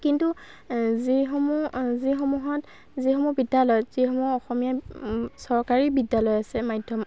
কিন্তু যিসমূহ যিসমূহত যিসমূহ বিদ্যালয়ত যিসমূহ অসমীয়া চৰকাৰী বিদ্যালয় আছে মাধ্যম